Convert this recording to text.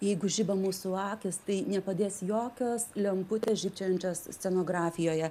jeigu žiba mūsų akys tai nepadės jokios lemputės žybčiojančios scenografijoje